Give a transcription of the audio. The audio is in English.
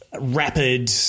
rapid